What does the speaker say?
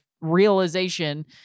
realization